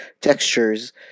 textures